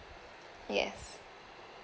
yes